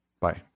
Bye